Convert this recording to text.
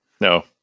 No